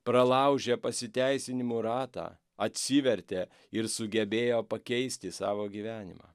pralaužė pasiteisinimų ratą atsivertė ir sugebėjo pakeisti savo gyvenimą